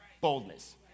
boldness